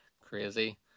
crazy